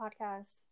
podcast